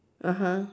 (uh huh)